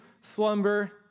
slumber